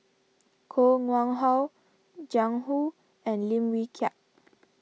Koh Nguang How Jiang Hu and Lim Wee Kiak